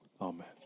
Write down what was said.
Amen